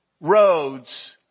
roads